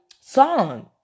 song